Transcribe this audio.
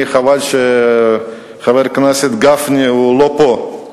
חבל שחבר הכנסת גפני לא פה,